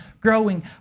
growing